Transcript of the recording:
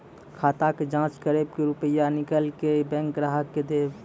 खाता के जाँच करेब के रुपिया निकैलक करऽ बैंक ग्राहक के देब?